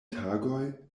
tagoj